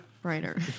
brighter